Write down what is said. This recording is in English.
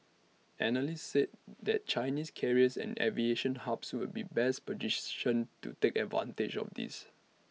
analysts said that Chinese carriers and aviation hubs would be best to take advantage of this